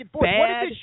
bad